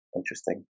interesting